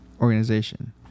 organization